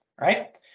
right